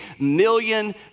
million